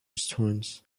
restaurants